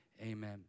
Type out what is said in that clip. amen